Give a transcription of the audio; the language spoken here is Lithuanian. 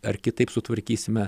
ar kitaip sutvarkysime